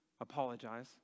apologize